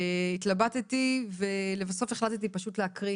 התלבטתי ולבסוף החלטתי פשוט להקריא